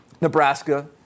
Nebraska